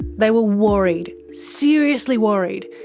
they were worried, seriously worried,